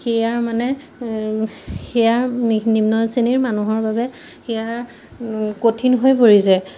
সেয়া মানে সেয়া নিম্ন শ্ৰেণীৰ মানুহৰ বাবে সেয়া কঠিন হৈ পৰিছে